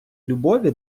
любові